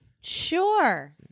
Sure